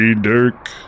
Dirk